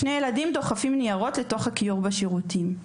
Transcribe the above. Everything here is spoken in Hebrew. שני ילדים דוחפים ניירות לתוך הכיור בשירותים.